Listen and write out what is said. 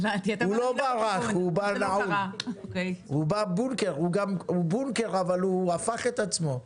הוא בונקר אבל הוא הפך את עצמו.